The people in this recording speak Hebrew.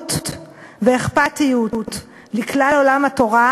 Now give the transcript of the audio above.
אחריות ואכפתיות לכלל עולם התורה,